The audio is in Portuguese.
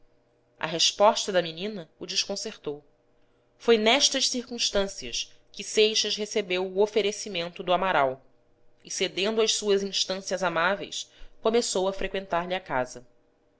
a resposta da menina o desconcertou foi nestas circunstâncias que seixas recebeu o oferecimento do amaral e cedendo às suas instâncias amáveis começou a freqüentar lhe a casa